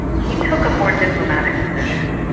he took a more diplomatic position,